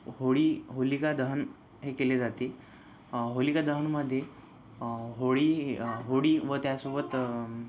होळी होलिका दहन हे केले जाते होलिका दहनमधे होळी होळी व त्यासोबत